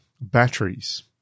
batteries